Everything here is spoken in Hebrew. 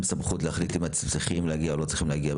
סמכות להחליט אם אתם צריכים להגיע או לא צריכים להגיע.